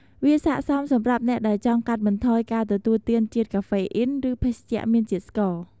វាស័ក្តិសមសម្រាប់អ្នកដែលចង់កាត់បន្ថយការទទួលទានជាតិកាហ្វេអ៊ីន ឬភេសជ្ជៈមានជាតិស្ករ។